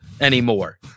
anymore